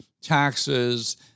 taxes